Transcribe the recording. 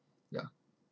ya